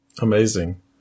Amazing